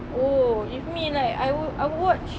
oh if me like I would I would watch